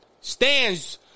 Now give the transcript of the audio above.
stands